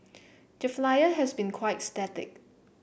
the flyer has been quite static